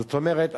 זאת אומרת,